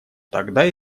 тогда